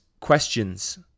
questions